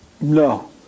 No